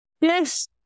Yes